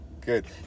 Good